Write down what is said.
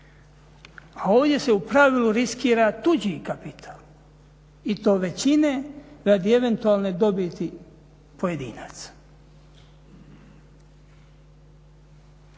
A ovdje se u pravilu riskira tuđi kapital i to većine radi eventualne dobiti pojedinaca.